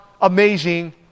amazing